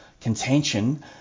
contention